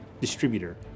distributor